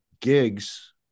gigs